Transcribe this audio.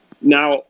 Now